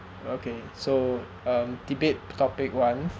okay so um debate topic one